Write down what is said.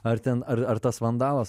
ar ten ar tas vandalas